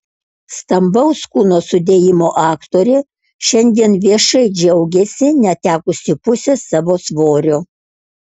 stambaus kūno sudėjimo aktorė šiandien viešai džiaugiasi netekusi pusės savo svorio